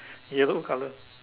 yellow colour